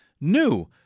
new